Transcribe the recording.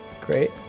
Great